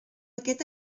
aquest